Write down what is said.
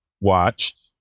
watched